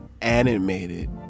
animated